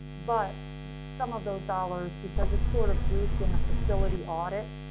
but some of those dollars because it's sort of grouped in a facility audit,